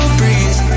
breathe